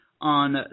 on